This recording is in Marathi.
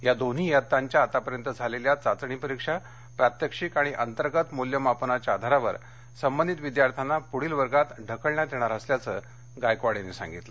या दोन्ही इयत्तांच्या आतापर्यंत झालेल्या चाचणी परीक्षा प्रात्यक्षिक आणि अंतर्गत मुल्यमापनाच्या आधारावर संबंधित विद्यार्थ्यांना पुढील वर्गात ढकलण्यात येणार असल्याचं मंत्री गायकवाड यांनी सांगितल